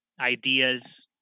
ideas